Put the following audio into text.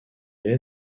est